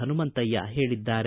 ಹನುಮಂತಯ್ಯ ಹೇಳಿದ್ದಾರೆ